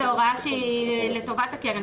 זו הוראה שהיא לטובת הקרן,